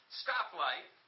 stoplight